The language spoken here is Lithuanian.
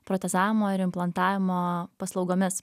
protezavimo ir implantavimo paslaugomis